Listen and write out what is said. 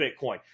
Bitcoin